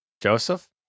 Joseph